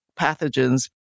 pathogens